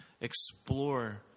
explore